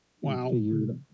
Wow